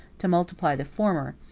to multiply the former,